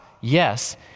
yes